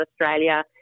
Australia